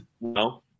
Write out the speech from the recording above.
No